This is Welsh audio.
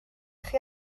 chi